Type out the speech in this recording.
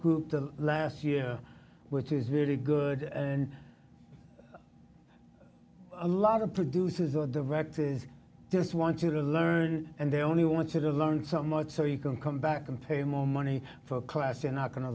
group the last year which is really good a lot of producers or directors just want you to learn and they only want to learn so much so you can come back and pay more money for class you're not go